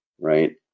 Right